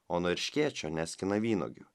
o nuo erškėčio neskina vynuogių